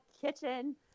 kitchen